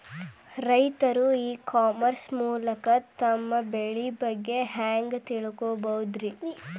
ರೈತರು e commerce ಮೂಲಕ ತಮ್ಮ ಬೆಳಿ ಬಗ್ಗೆ ಹ್ಯಾಂಗ ತಿಳ್ಕೊಬಹುದ್ರೇ?